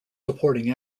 supporting